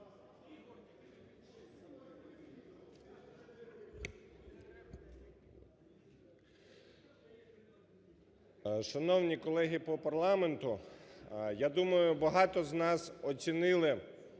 Шановні колеги по парламенту, я думаю, багато з нам оцінили